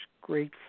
great